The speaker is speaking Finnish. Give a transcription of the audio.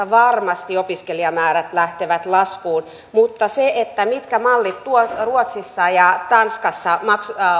varmasti opiskelijamäärät lähtevät laskuun mutta mallit mitkä ruotsissa ja tanskassa